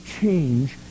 change